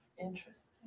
Interesting